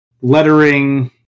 lettering